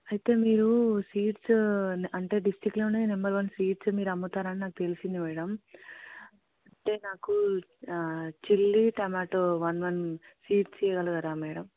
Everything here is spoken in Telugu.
అయితే మీరు సీడ్స్ అంటే డిస్ట్రిక్ట్లొనే నెంబర్ వన్ సీడ్స్ మీరు అమ్ముతారని నాకు తెలిసింది మేడం అయితే నాకు chilli tomato one one seeds ఇయ్యగలరా మేడం